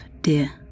dear